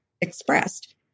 expressed